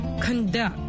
conduct